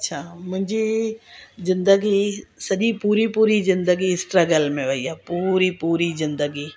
अच्छा मुंहिंजी जिंदगी सॼी पूरी पूरी जिंदगी स्ट्रगल में वई आहे पूरी पूरी जिंदगी